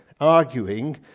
arguing